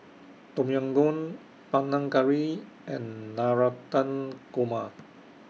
Tom Yam Goong Panang Curry and Navratan Korma